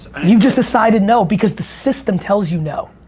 you just decided no because the system tells you no.